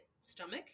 stomach